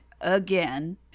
again